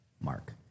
Mark